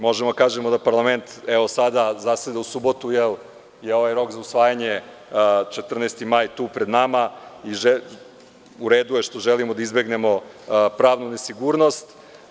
Možemo da kažemo da, evo, parlament sada zaseda u subotu jer je ovaj rok za usvajanje, 14. maj, tu pred nama i u redu je što želimo da izbegnemo pravnu nesigurnost.